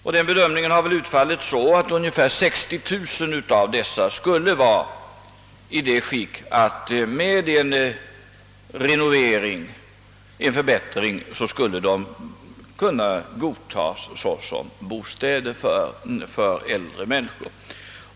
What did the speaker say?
Denna bedömning har utfallit så att ungefär 60 000 av dessa lägenheter skulle vara i sådant skick att de med en förbättring skulle kunna godtas såsom bostäder för äldre människor.